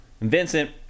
Vincent